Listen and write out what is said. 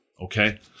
Okay